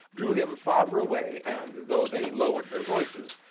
drew him farther away, and, though they lowered their voices,